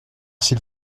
s’il